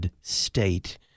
state